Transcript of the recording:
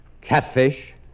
Catfish